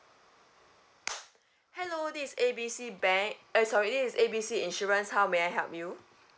hello this A B C bank eh sorry this is A B C insurance how may I help you